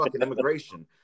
immigration